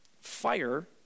fire